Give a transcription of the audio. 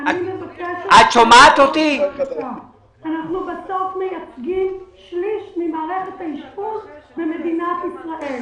אני מבקשת --- אנחנו בסוף מייצגים שליש ממערכת האשפוז במדינת ישראל.